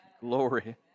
glory